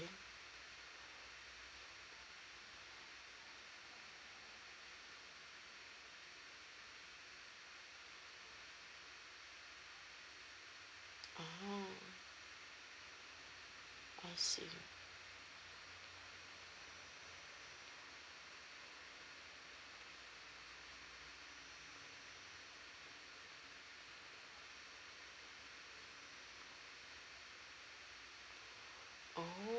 oh I see oh